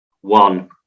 one